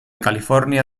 california